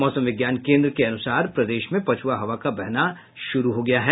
मौसम विज्ञान केन्द्र के अनुसार प्रदेश में पछुवा हवा का वहना शुरू हो गया है